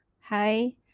Hi